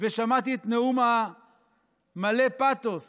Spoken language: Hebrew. ושמעתי את הנאום מלא הפאתוס